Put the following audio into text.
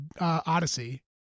Odyssey